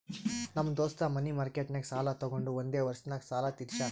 ನಮ್ ದೋಸ್ತ ಮನಿ ಮಾರ್ಕೆಟ್ನಾಗ್ ಸಾಲ ತೊಗೊಂಡು ಒಂದೇ ವರ್ಷ ನಾಗ್ ಸಾಲ ತೀರ್ಶ್ಯಾನ್